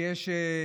שיש